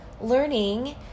learning